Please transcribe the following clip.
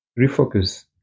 refocus